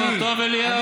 בוקר טוב אליהו.